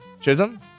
Chisholm